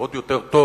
היא עוד יותר טובה,